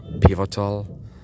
pivotal